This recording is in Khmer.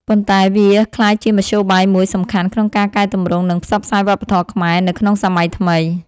ប៉ុន្តែវាក្លាយជាមធ្យោបាយមួយសំខាន់ក្នុងការកែទម្រង់ និងផ្សព្វផ្សាយវប្បធម៌ខ្មែរ នៅក្នុងសម័យថ្មី។